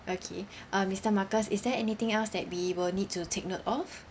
okay uh mister marcus is there anything else that we will need to take note of